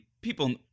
people